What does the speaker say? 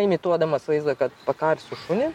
imituodamas vaizdą kad pakarsiu šunį